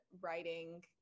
writing